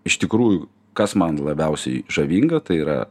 iš tikrųjų kas man labiausiai žavinga tai yra